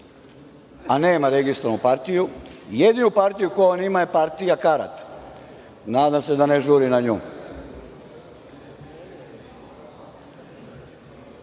a nema registrovanu partiju, jedina partija koju on ima je partija karata. Nadam se da ne žuri na nju. Sada